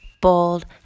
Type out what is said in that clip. bold